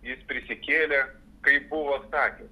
jis prisikėlė kaip buvo sakęs